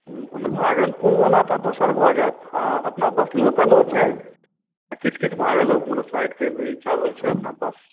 भागलपुर बला तऽ दोसर भय जायत अपना पास लोकलो छै किछु किछु भाग्लोपुर साइड के चावल छै अपना पास